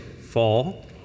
fall